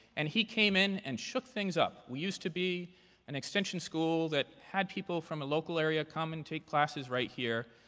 and he came in and shook things up. we used to be an extension school that had people from a local area come and take classes right here.